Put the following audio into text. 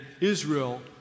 Israel